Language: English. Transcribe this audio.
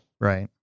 right